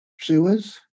sewers